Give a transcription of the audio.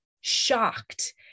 shocked